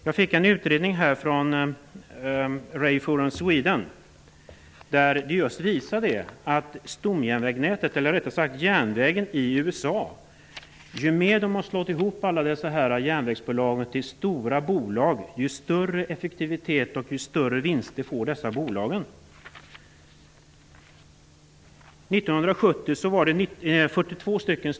Jag fick en utredning från Rail Forum Sweden som just visade att ju mer man har slagit ihop järnvägsbolagen i USA till stora bolag, desto större effektivitet och vinster får dessa bolag. dag finns det tolv stycken.